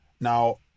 now